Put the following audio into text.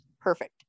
Perfect